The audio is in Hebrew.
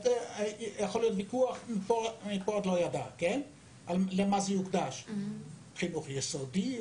יכול להיות ויכוח מפה עד להודעה חדשה למה זה יוקדש: חינוך יסודי,